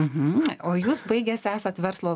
mhm o jūs baigęs esat verslo